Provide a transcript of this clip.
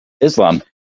Islam